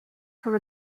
for